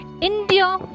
India